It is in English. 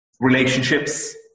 relationships